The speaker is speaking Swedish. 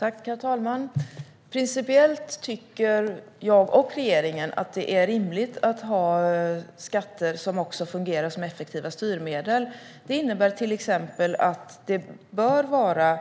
Herr talman! Principiellt tycker jag och regeringen att det är rimligt att ha skatter som också fungerar som effektiva styrmedel. Det innebär till exempel att det bör vara